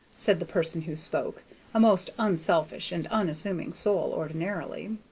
said the person who spoke a most unselfish and unassuming soul, ordinarily.